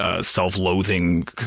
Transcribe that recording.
Self-loathing